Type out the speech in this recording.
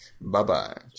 Bye-bye